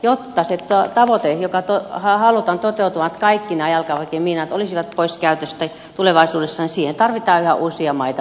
jotta se tavoite jonka halutaan toteutuvan että kaikki jalkaväkimiinat olisivat pois käytöstä tulevaisuudessa toteutuu siihen tarvitaan yhä uusia maita mukaan